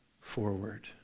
forward